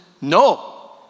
no